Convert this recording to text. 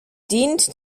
dient